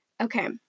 Okay